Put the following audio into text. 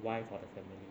wife or the family